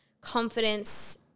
confidence